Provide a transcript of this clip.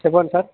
చెప్పండి సార్